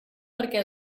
perquè